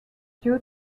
due